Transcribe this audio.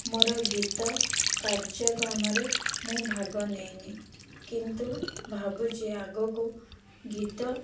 ମୋର ଗୀତ କାର୍ଯ୍ୟକ୍ରମରେ ମୁଁ ଭାଗ ନେଇନାହିଁ କିନ୍ତୁ ଭାବୁଛି ଆଗକୁ ଗୀତ